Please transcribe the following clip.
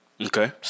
Okay